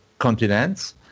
continents